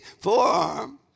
forearm